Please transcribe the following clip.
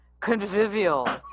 Convivial